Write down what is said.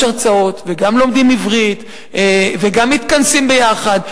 הרצאות וגם לומדים עברית וגם מתכנסים ביחד,